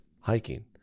hiking